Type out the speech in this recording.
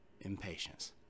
impatience